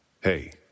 Hey